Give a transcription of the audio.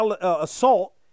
assault